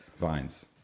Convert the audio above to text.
vines